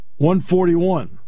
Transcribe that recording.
141